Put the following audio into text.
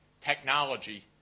technology